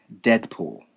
Deadpool